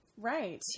Right